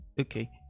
Okay